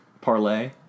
Parlay